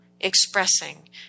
expressing